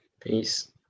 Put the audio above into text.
Peace